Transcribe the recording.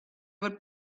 would